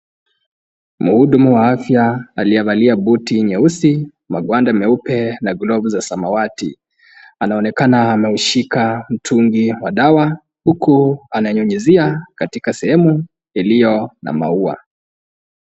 Mhudumu wa afya aliyevalia buti nyeusi, magwanda meupe na glovu za samawati anaonekana ameshika mtungi wa dawa huku ananyunyizia katika sehemu iliyo na maua.